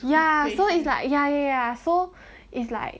ya so it's like ya ya so it's like